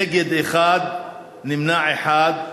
נגד, 1, נמנע אחד.